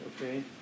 Okay